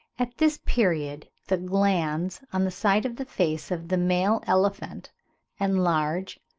at this period the glands on the sides of the face of the male elephant enlarge,